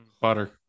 butter